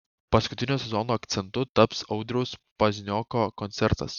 paskutiniu sezono akcentu taps audriaus paznioko koncertas